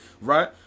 right